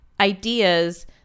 ideas